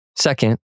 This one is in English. Second